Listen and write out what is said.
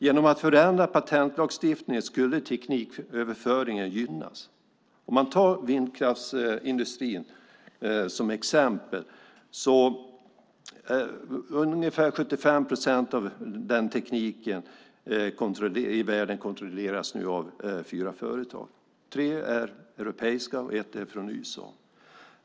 Genom att förändra patentlagstiftningen skulle vi gynna tekniköverföringen. Låt oss ta vindkraftsindustrin som exempel. Ungefär 75 procent av den tekniken i världen kontrolleras av fyra företag. Tre är europeiska och ett är från USA.